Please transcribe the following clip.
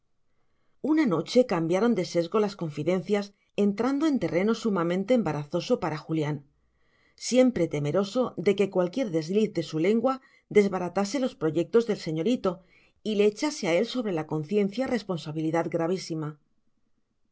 una noche cambiaron de sesgo las confidencias entrando en terreno sumamente embarazoso para julián siempre temeroso de que cualquier desliz de su lengua desbaratase los proyectos del señorito y le echase a él sobre la conciencia responsabilidad gravísima